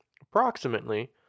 approximately